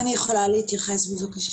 אני מבקשת להתייחס.